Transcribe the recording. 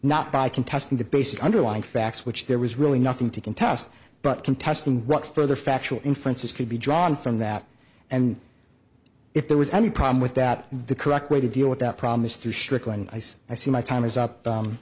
not by contesting the basic underlying facts which there was really nothing to contest but contesting what further factual inferences could be drawn from that and if there was any problem with that the correct way to deal with that problem is through strickland i see my time is up